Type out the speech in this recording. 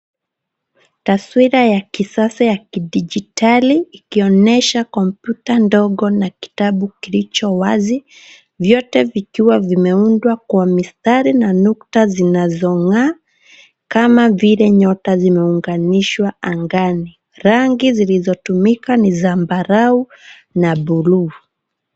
Taswira ya kisasa ya kidijitali, ikionyesha kompyuta ndogo na kitabu kilicho wazi, vyote vikiwa vimeundwa kwa mistari na nukta zinazong'aa, kama vile nyota zimeunganishwa angani. Rangi zilizotumika ni zambarau na bluu.